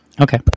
Okay